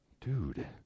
dude